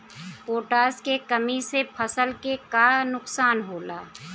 Potash के कमी से फसल के का नुकसान होला?